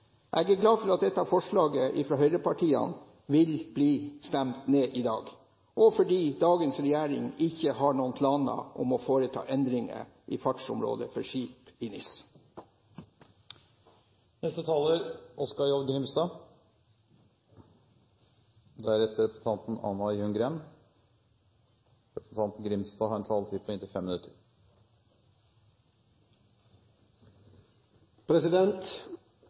Jeg er glad for at dette forslaget fra høyrepartiene vil bli stemt ned i dag, og for at dagens regjering ikke har noen planer om å foreta endringer i fartsområdet for skip i NIS. Noreg har gjennom dei siste 40 åra gjennomgått ei eventyrleg utvikling som olje- og gassnasjon. Petroleumsverksemda har